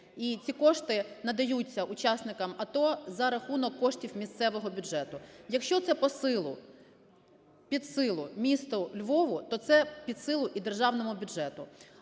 І ці кошти надаються учасникам АТО за рахунок коштів місцевого бюджету. Якщо це під силу місту Львову, то це під силу і державному бюджету.